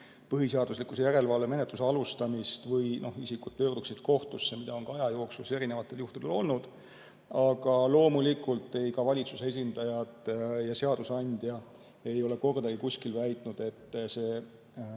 põhiseaduslikkuse järelevalve menetluse alustamist või isikud pöörduksid kohtusse, nagu on ka aja jooksul erinevatel juhtudel olnud. Aga loomulikult ei valitsuse esindajad ega seadusandja ei ole kordagi kuskil väitnud, et